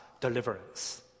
deliverance